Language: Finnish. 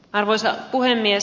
arvoisa puhemies